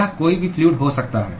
यह कोई भी फ्लूअड हो सकता है